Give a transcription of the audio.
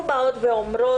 אנחנו אומרות,